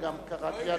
אני באמת מרחם עליך.